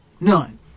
None